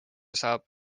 saab